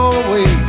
away